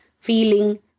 feeling